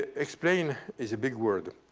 ah explain is a big word.